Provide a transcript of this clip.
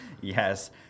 Yes